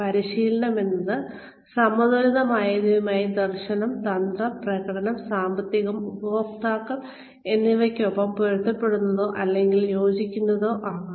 പരിശീലനമെന്നത് സമതുലിതമായവയുമായി ദർശനം തന്ത്രം പ്രകടനം സാമ്പത്തികം ഉപഭോക്താക്കൾ എന്നിവയ്ക്കൊപ്പം പൊരുത്തപ്പെടുന്നതോ അല്ലെങ്കിൽ യോജിക്കുന്നതോ ആവണം